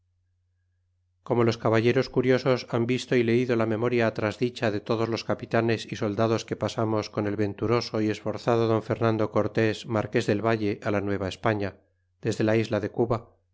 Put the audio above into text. como los caballeros curiosos han visto leido la memoria atrás dicha de todos loa capitanes é soldados que pasamos con el venturoso é esforzado don fernando cortés marques del valle á la nueva españa desde la isla de cuba